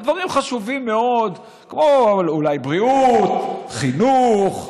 ובדברים חשובים מאוד, כמו אולי בריאות, חינוך,